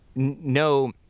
no